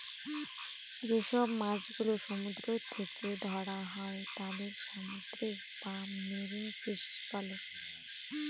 যেসব মাছ গুলো সমুদ্র থেকে ধরা হয় তাদের সামুদ্রিক বা মেরিন ফিশ বলে